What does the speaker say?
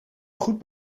goed